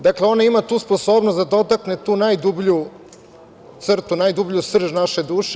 Dakle, ona ima tu sposobnost da dotakne tu najdublju crtu, najdublju srž naše duže.